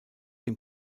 dem